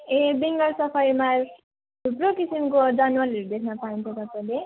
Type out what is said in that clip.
ए बेङ्गाल सफारीमा थुप्रो किसिमको जनावरहरू देख्नपाइन्छ तपाईँले